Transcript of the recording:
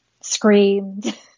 screamed